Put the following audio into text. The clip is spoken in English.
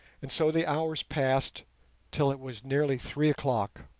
and so the hours passed till it was nearly three o'clock.